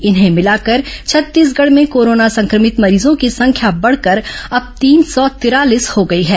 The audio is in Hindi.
इन्हें भिलाकर छत्तीसगढ़ में कोरोना संक्रमितों मरीजों की संख्या बढ़कर अंब तीन सौ तिरालीस हो गई हैं